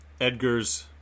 Edgar's